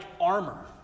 armor